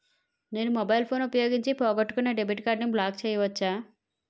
నేను mobile phone ఉపయోగించి పోగొట్టుకున్న డెబిట్ కార్డ్ని బ్లాక్ చేయవచ్చా?